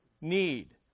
need